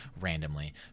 randomly